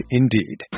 indeed